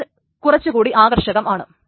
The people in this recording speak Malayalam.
അത് കുറച്ചു കൂടി ആകർഷകമാണ്